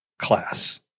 class